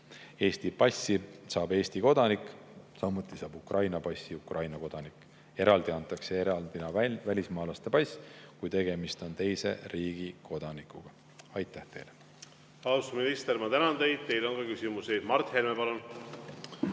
Eesti passi saab Eesti kodanik, Ukraina passi Ukraina kodanik. Eraldi antakse välja välismaalase pass, kui tegemist on teise riigi kodanikuga. Aitäh teile! Austatud minister, ma tänan teid. Teile on ka küsimusi. Mart Helme, palun!